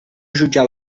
jutjar